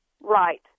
Right